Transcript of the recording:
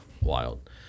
Wild